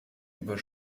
über